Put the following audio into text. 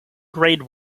grade